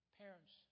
parents